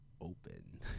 open